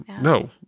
no